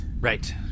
Right